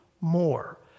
more